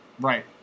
right